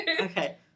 Okay